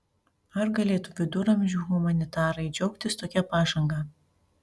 ar galėtų viduramžių humanitarai džiaugtis tokia pažanga